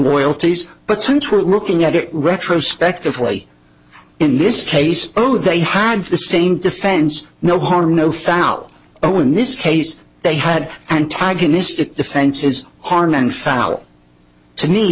loyalties but since we're looking at it retrospectively in this case oh they had the same defense no harm no foul oh in this case they had antagonistic defenses harmon fou